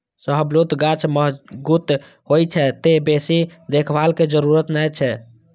शाहबलूत गाछ मजगूत होइ छै, तें बेसी देखभाल के जरूरत नै छै